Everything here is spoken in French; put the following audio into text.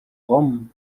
rome